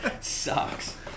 Sucks